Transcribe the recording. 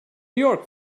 york